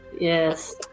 yes